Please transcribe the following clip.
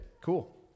cool